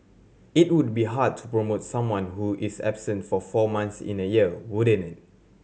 it would be hard to promote someone who is absent for four months in a year wouldn't it